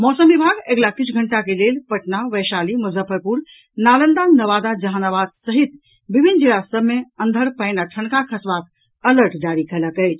मौसम विभाग अगिला किछू घंटा के लेल पटना वैशाली मुजफ्फरपुर नालंदा नवादा जहानाबाद समेत विभिन्न जिला सभ मे अंधर पानि आ ठनका खसबाक अलर्ट जारी कयलक अछि